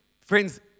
Friends